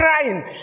crying